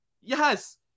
Yes